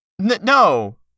No